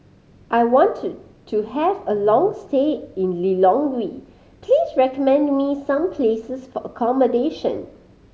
I want to to have a long stay in Lilongwe please recommend me some places for accommodation